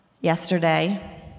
yesterday